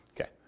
Okay